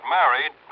married